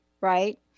right